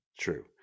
True